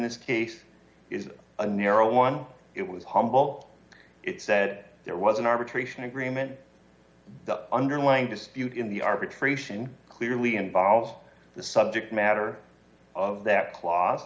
this case is a narrow one it was humble it said there was an arbitration agreement the underlying dispute in the arbitration clearly involved the subject matter of that clause